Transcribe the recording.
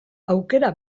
aukera